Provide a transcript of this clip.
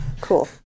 Cool